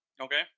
Okay